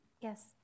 Yes